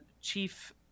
chief